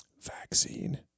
vaccine